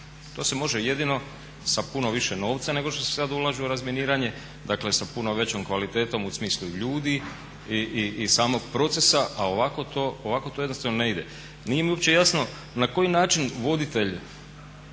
To se može jedino sa puno više novca nego što se sada ulaže u razminiranje. Dakle sa puno većom kvalitetom u smislu i ljudi i samog procesa a ovako to jednostavno ne ide. Nije mi uopće jasno na koji način voditelj